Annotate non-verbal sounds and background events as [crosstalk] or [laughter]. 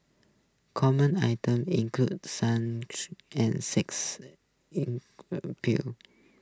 common items included sun [unintelligible] and sex [unintelligible] pills